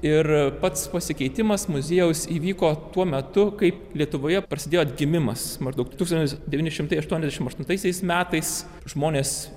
ir pats pasikeitimas muziejaus įvyko tuo metu kai lietuvoje prasidėjo atgimimas maždaug tūkstantis devyni šimtai aštuoniasdešimt aštuntaisiais metais žmonės